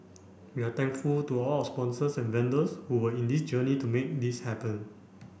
we are thankful to all our sponsors and vendors who were in this journey to make this happen